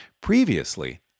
Previously